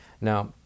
Now